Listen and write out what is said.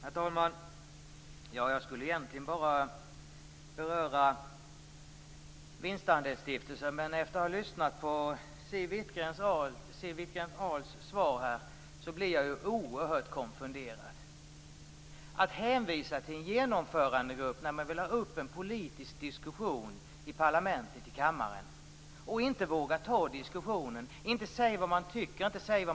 Herr talman! Jag skulle egentligen bara beröra vinstandelsstiftelser, men efter att ha lyssnat på Siw Wittgren-Ahls svar blir jag oerhört konfunderad. Hon hänvisar till en genomförandegrupp när man vill ha ta upp en politisk diskussion i parlamentet, i kammaren. Hon vågar inte ta diskussionen och inte säga vad hon tycker och anser.